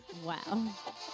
Wow